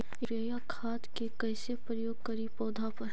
Urea खाद के कैसे प्रयोग करि पौधा पर?